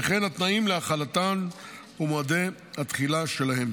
וכן התנאים להחלתן ומועדי התחילה שלהן.